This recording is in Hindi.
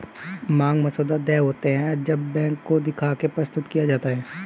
मांग मसौदा देय होते हैं जब बैंक को दिखा के प्रस्तुत किया जाता है